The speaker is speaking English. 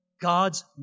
God's